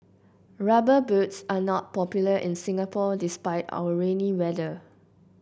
rubber boots are not popular in Singapore despite our rainy weather